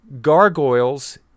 Gargoyles